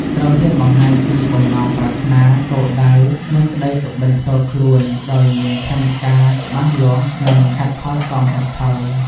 ត្រូវហ៊ានបង្ហាញពី បំណងប្រាថ្នា គោលដៅ និងក្តីសុបិន្តផ្ទាល់ខ្លួន ដោយមាន ផែនការច្បាស់លាស់ និង ហេតុផលសមហេតុផល។